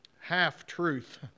half-truth